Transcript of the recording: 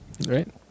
right